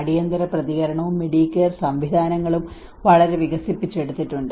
അടിയന്തര പ്രതികരണവും മെഡികെയർ സംവിധാനങ്ങളും വളരെ വികസിപ്പിച്ചെടുത്തിട്ടുണ്ട്